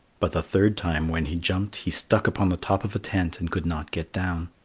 but the third time when he jumped he stuck upon the top of a tent and could not get down.